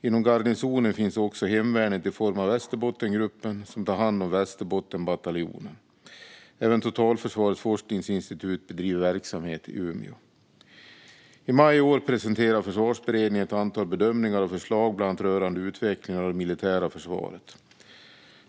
Inom garnisonen finns också hemvärnet i form av Västerbottensgruppen, som tar hand om Västerbottensbataljonen. Även Totalförsvarets forskningsinstitut bedriver verksamhet i Umeå. I maj i år presenterade Försvarsberedningen ett antal bedömningar och förslag bland annat rörande utvecklingen av det militära försvaret.